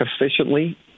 efficiently